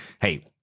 hey